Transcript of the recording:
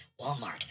Walmart